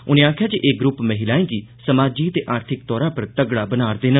उनें आखेआ जे एह ग्रूप महिलाएं गी समाजी ते आर्थिक तौर पर तगड़ा बना'रदे न